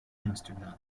amsterdam